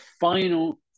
final